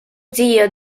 zio